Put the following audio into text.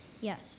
Yes